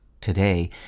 Today